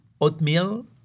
Oatmeal